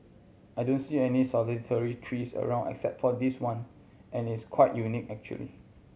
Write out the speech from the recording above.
I don't see any solitary trees around except for this one and it's quite unique actually